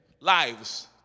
lives